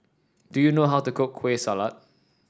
do you know how to cook Kueh Salat